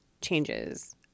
changes